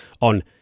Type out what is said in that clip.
on